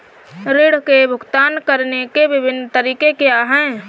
ऋृण के भुगतान करने के विभिन्न तरीके क्या हैं?